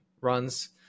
runs